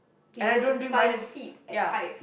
and I don't drink Milo ya